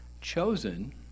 Chosen